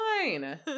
fine